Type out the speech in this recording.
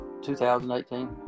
2018